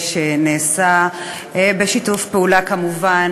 התשע"ד 2014,